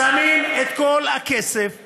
שמים את כל הכסף,